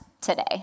today